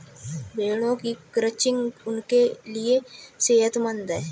भेड़ों की क्रचिंग उनके लिए सेहतमंद है